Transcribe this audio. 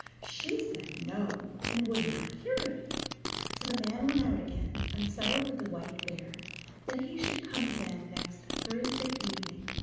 she said no, and would not hear of it so the man went out again, and settled with the white bear that he should come again next thursday evening,